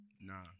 Nah